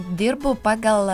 dirbu pagal